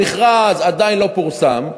המכרז עדיין לא פורסם.